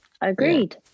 Agreed